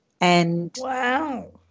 Wow